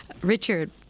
Richard